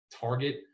target